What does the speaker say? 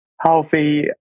healthy